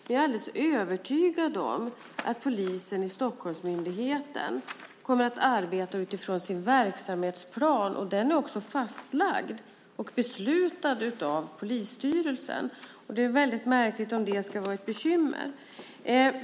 Jag är alldeles övertygad om att polisen i Stockholmsmyndigheten kommer att arbeta utifrån sin verksamhetsplan, och den är också fastlagd och beslutad av polisstyrelsen. Det är väldigt märkligt om det ska vara ett bekymmer.